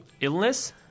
illness